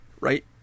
right